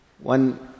One